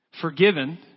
forgiven